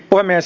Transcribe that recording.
puhemies